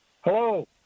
Hello